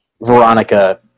Veronica